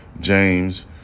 James